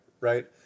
Right